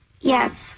Yes